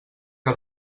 que